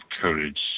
courage